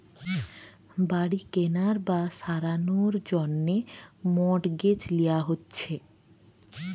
বাড়ি কেনার বা সারানোর জন্যে মর্টগেজ লিয়া হচ্ছে